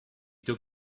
took